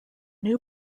new